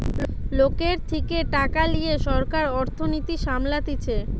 লোকের থেকে টাকা লিয়ে সরকার অর্থনীতি সামলাতিছে